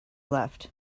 left